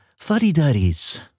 fuddy-duddies